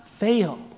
fail